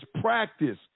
practice